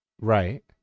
Right